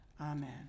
amen